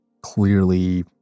clearly